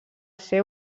ser